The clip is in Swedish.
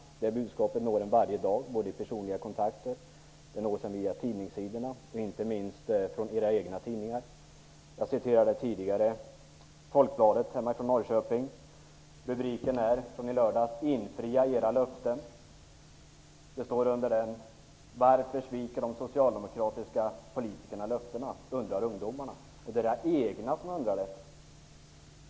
Det budskapet når en varje dag, både i personliga kontakter och via tidningssidorna - inte minst från era egna tidningar. Jag citerade tidigare Folkbladet hemifrån Norrköping. Rubriken från i lördags: Infria era löften. Det står under den: Varför sviker de socialdemokratiska politikerna löftena? undrar ungdomarna. Det är era egna som undrar det.